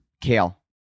kale